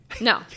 No